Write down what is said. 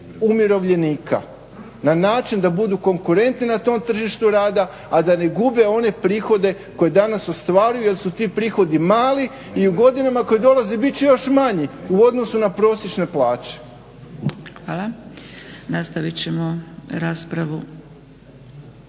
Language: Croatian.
umirovljenika na način da budu konkurentni na tom tržištu rada, a da ne gube one prihode koje danas ostvaruju jel su ti prihodi mali i u godinama koje dolaze bit će još manji u odnosu na prosječne plaće. **Zgrebec, Dragica